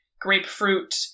grapefruit